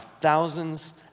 thousands